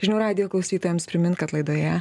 žinių radijo klausytojams primint kad laidoje